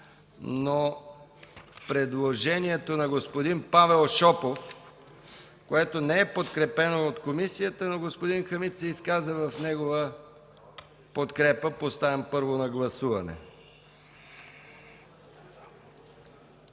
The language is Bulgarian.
предложението на господин Павел Шопов, което не е подкрепено от комисията, но господин Хамид се изказа в негова подкрепа. Гласували